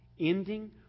ending